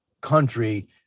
country